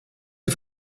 sie